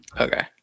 Okay